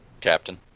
Captain